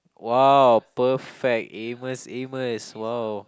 !wow! perfect Amos Amos !wow!